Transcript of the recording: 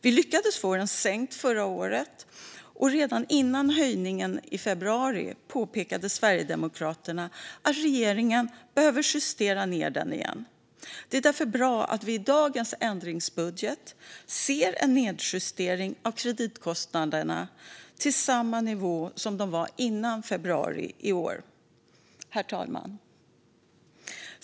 Vi lyckades förra året få den sänkt, och redan före höjningen i februari påpekade Sverigedemokraterna att regeringen behövde justera ned den igen. Det är därför bra att vi i denna ändringsbudget ser en nedjustering av kreditkostnaderna till samma nivå som före februari i år. Herr talman!